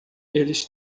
eles